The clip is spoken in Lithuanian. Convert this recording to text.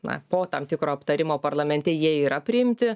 na po tam tikro aptarimo parlamente jie yra priimti